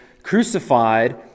crucified